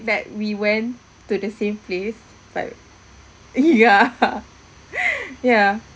that we went to the same place but ya ya